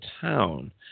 town